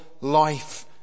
life